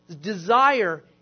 desire